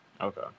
Okay